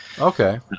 okay